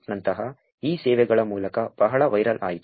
ನಂತಹ ಈ ಸೇವೆಗಳ ಮೂಲಕ ಬಹಳ ವೈರಲ್ ಆಯಿತು